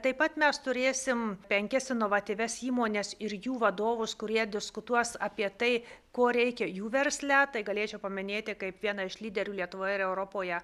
taip pat mes turėsim penkias inovatyvias įmones ir jų vadovus kurie diskutuos apie tai ko reikia jų versle tai galėčiau paminėti kaip vieną iš lyderių lietuvoje ir europoje